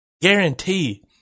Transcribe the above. guarantee